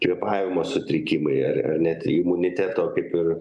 kvėpavimo sutrikimai ar ar net imuniteto kaip ir